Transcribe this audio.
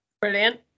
Brilliant